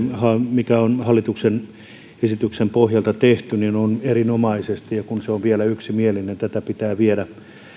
mikä on hallituksen esityksen pohjalta tehty on erinomaisesti tehty ja se on vielä yksimielinen tätä pitää viedä